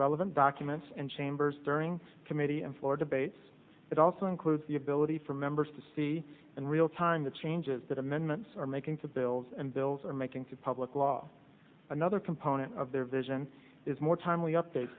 relevant documents and chambers during committee and floor debate it also includes the ability for members to see in real time the changes that amendments are making to bills and bills are making to public law another component of their vision is more time